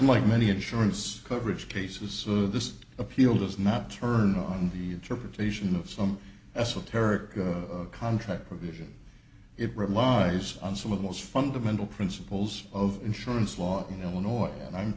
like many insurance coverage cases so this appeal does not turn on the interpretation of some esoteric good contract provision it provides on some of those fundamental principles of insurance law in illinois and i'm